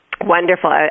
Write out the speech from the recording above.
Wonderful